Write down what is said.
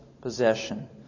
possession